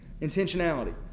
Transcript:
Intentionality